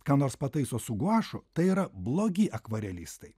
ką nors pataiso su guašu tai yra blogi akvarelistai